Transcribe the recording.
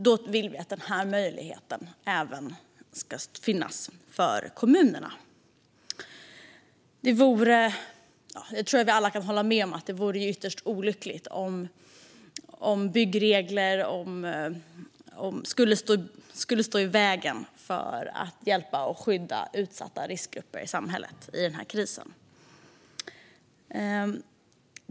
Då vill vi att denna möjlighet även ska finnas för kommunerna. Jag tror att vi alla kan hålla med om att det vore ytterst olyckligt om byggregler skulle stå i vägen när det gäller att hjälpa och skydda utsatta riskgrupper i samhället i denna kris.